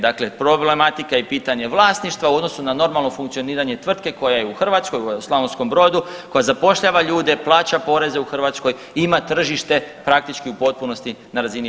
Dakle, problematike i pitanje vlasništva u odnosu na normalno funkcioniranje tvrtke koja je u Hrvatskoj, u Slavonskom Brodu koja zapošljava ljude, plaća poreze u Hrvatskoj i ima tržište praktički u potpunosti na razini EU.